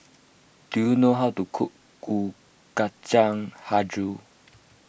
do you know how to cook Kueh Kacang HiJau